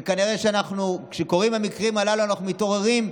וכנראה שכשקורים המקרים הללו אנחנו מתעוררים: